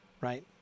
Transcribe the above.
right